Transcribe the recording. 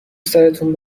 سرتون